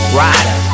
rider